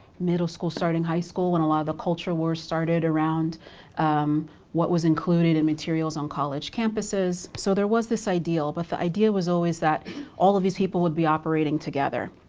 middle school starting high school when a lot of the culture wars started around what was included in materials on college campuses. so there was this ideal. but the ideal was always that all of these people would be operating together,